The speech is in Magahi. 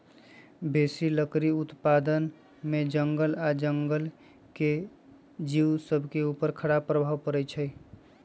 बेशी लकड़ी उत्पादन से जङगल आऽ जङ्गल के जिउ सभके उपर खड़ाप प्रभाव पड़इ छै